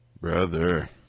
Brother